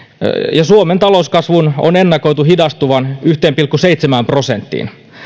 ja suomen talouskasvun on ennakoitu hidastuvan yhteen pilkku seitsemään prosenttiin